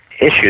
issues